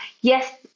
yes